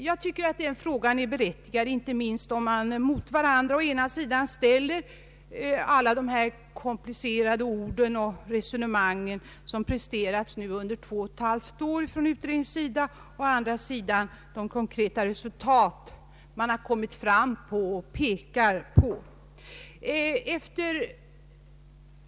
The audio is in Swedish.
Jag tycker att den frågan är berättigad, inte minst om man mot varandra ställer å ena sidan alla dessa komplicerade ord och resonemang som nu Ppresterats under två och ett halvt år från utredningens sida och å andra sidan de konkreta resultaten som åstadkommits.